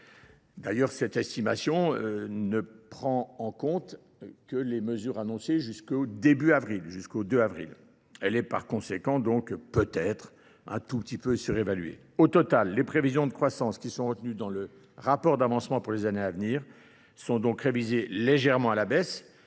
D'ailleurs cette estimation ne prend en compte que les mesures annoncées jusqu'au début avril, jusqu'au 2 avril. Elle est par conséquent donc peut-être un tout petit peu surévaluée. Au total, les prévisions de croissance qui sont retenues dans le rapport d'avancement pour les années à venir sont donc révisées légèrement à la baisse,